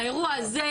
האירוע הזה,